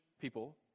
people